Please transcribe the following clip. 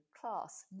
class